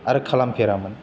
आरो खालामफेरामोन